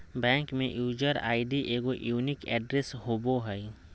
bank में user ID एगो unique address होबो हइ